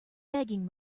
begging